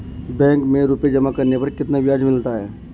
Bank में रुपये जमा करने पर कितना ब्याज मिलता है?